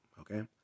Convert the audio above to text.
Okay